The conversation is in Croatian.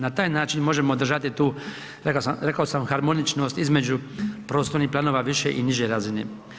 Na taj način možemo držati tu rekao sam harmoničnost između prostornih planova više i niže razine.